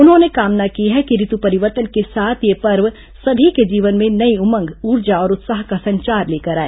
उन्होंने कामना की है कि ऋतु परिवर्तन के साथ यह पर्व सभी के जीवन में नई उमंग ऊर्जा और उत्साह का संचार लेकर आए